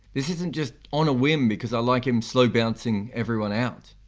this isn't just on a whim because i like him slow bouncing everyone out.